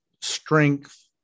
strength